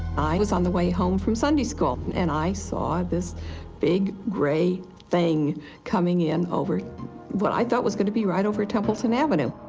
i was on the way home from sunday school. and i saw this big, gray thing coming in over what i thought was going to be right over templeton avenue.